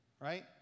right